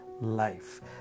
life